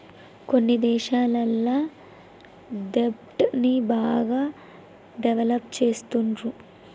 కొన్ని దేశాలల్ల దెబ్ట్ ని బాగా డెవలప్ చేస్తుండ్రు